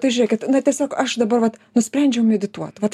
tai žiūrėkit na tiesiog aš dabar vat nusprendžiau medituot vat